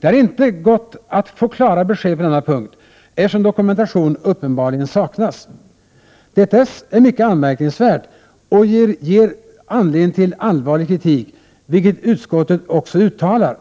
Det har inte gått att få klara besked på denna punkt, eftersom dokumentation uppenbarligen saknas. Detta är mycket anmärkningsvärt och ger anledning till allvarlig kritik, vilket utskottet också uttalar.